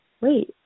wait